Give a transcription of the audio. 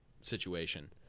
situation